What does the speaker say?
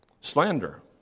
Slander